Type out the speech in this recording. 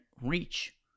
reach